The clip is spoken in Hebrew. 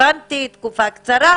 הבנתי תקופה קצרה,